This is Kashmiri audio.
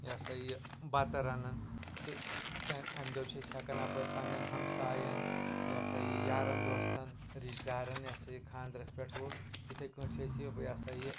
یہِ ہَسا یہِ بَتہٕ رَنان تہٕ تَ اَمہِ دۄہ چھِ أسۍ ہٮ۪کَان اَپٲرۍ پنٛنٮ۪ن ہَمسایَن یہِ ہسا یہِ یارَن دوستَن رِشتہٕ دارَن یہِ ہَسا یہِ خاندرَس پٮ۪ٹھ ہُہ یِتھٕے کٲٹھۍ چھِ أسۍ یہِ ہَسا یہِ